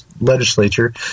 legislature